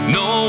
no